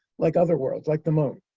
like other worlds, like the moon.